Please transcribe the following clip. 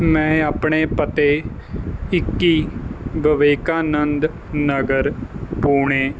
ਮੈਂ ਆਪਣੇ ਪਤੇ ਇੱਕੀ ਵਿਵੇਕਾਨੰਦ ਨਗਰ ਪੁਣੇ